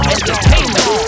Entertainment